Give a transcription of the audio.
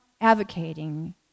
advocating